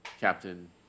Captain